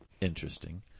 Interesting